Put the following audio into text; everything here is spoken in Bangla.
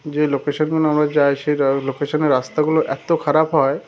যে লোকেশানগুলোয় আমরা যাই সেই লোকেশানের রাস্তাগুলো এত খারাপ হয়